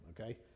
okay